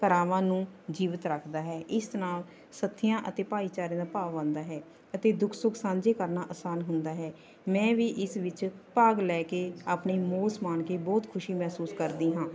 ਕਲਾਵਾਂ ਨੂੰ ਜੀਵਤ ਰੱਖਦਾ ਹੈ ਇਸ ਨਾਲ ਸਾਥੀਆਂ ਅਤੇ ਭਾਈਚਾਰੇ ਦਾ ਭਾਵ ਆਉਂਦਾ ਹੈ ਅਤੇ ਦੁੱਖ ਸੁੱਖ ਸਾਂਝੇ ਕਰਨਾ ਆਸਾਨ ਹੁੰਦਾ ਹੈ ਮੈਂ ਵੀ ਇਸ ਵਿੱਚ ਭਾਗ ਲੈ ਕੇ ਆਪਣੀ ਮੌਜ ਮਾਣ ਕੇ ਬਹੁਤ ਖੁਸ਼ੀ ਮਹਿਸੂਸ ਕਰਦੀ ਹਾਂ